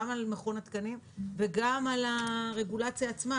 על מכון התקנים וגם על הרגולציה עצמה,